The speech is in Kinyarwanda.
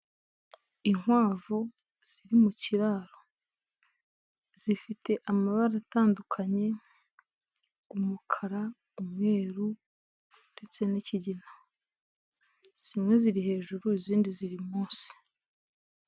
Inkwavu ziri mu kiraro, zifite amabara atandukanye; umukara, umweru ndetse n'ikigina zimwe ziri hejuru, izindi ziri munsi.